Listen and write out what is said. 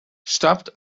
stopped